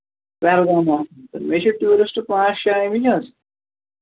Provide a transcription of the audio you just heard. پہلگام حظ مےٚ چھُِ ٹوٗرِسٹ پانٛژھ شیٚے آمٕتۍ حظ